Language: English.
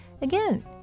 again